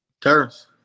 Terrace